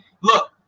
Look